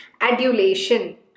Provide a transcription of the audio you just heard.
adulation